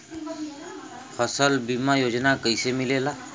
फसल बीमा योजना कैसे मिलेला?